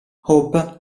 hope